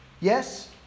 Yes